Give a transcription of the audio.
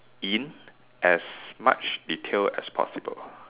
in as much detail as possible